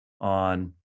on